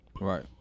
Right